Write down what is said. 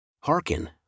Hearken